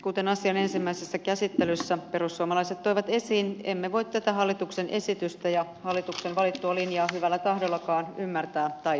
kuten asian ensimmäisessä käsittelyssä perussuomalaiset toivat esiin emme voi tätä hallituksen esitystä ja hallituksen valittua linjaa hyvällä tahdollakaan ymmärtää tai hyväksyä